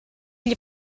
gli